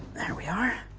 we are.